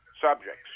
subjects